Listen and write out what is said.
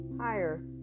higher